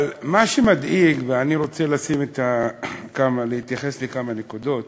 אבל מה שמדאיג, ואני רוצה להתייחס לכמה נקודות,